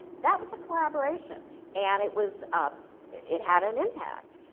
that was a collaboration and it was. ah it had an impact.